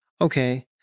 Okay